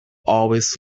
always